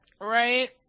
Right